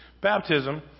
baptism